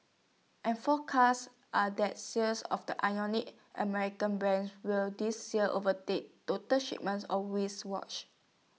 and forecasts are that sales of the ironic American brand will this year overtake total shipments of Swiss watches